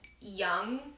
young